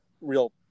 real